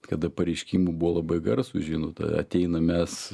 kada pareiškimų buvo labai garsūs žinot ateinam mes